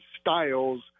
styles